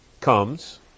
comes